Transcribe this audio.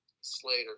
Slater